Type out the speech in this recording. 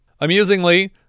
Amusingly